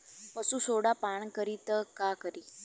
पशु सोडा पान करी त का करी?